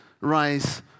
rise